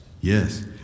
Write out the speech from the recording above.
Yes